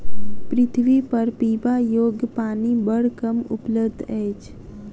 पृथ्वीपर पीबा योग्य पानि बड़ कम उपलब्ध अछि